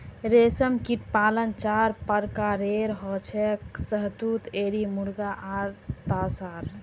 रेशमकीट पालन चार प्रकारेर हछेक शहतूत एरी मुगा आर तासार